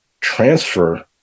transfer